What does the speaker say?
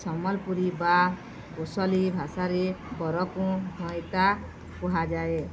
ସମ୍ବଲପୁରୀ ବା କୁଶଳୀ ଭାଷାରେ ବରକୁ ଘଇତା କୁହାଯାଏ